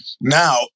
Now